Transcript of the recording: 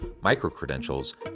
micro-credentials